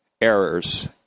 errors